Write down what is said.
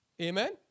Amen